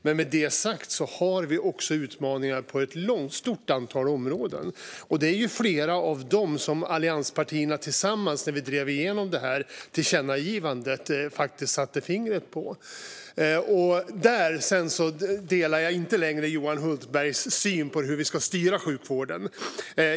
Men med det sagt har vi också utmaningar på ett stort antal områden, och flera av dem satte allianspartierna tillsammans fingret på när vi drev igenom tillkännagivandet. Där delar jag inte längre Johan Hultbergs syn på hur vi ska styra sjukvården.